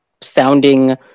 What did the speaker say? sounding